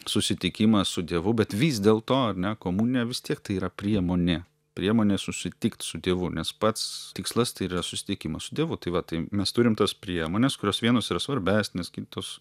susitikimas su dievu bet vis dėlto ar ne komunija vis tiek tai yra priemonė priemonė susitikt su dievu nes pats tikslas tai ir yra susitikimas su dievu tai va tai mes turim tas priemones kurios vienos yra svarbesnės kitos